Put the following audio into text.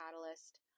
catalyst